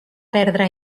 perdre